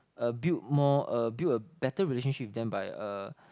uh build more uh build a better relationship with them by uh